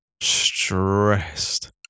stressed